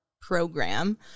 program